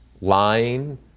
lying